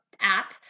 app